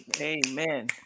Amen